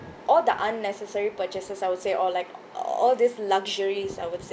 all the unnecessary purchases I would say or like all these luxuries I would say